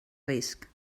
risc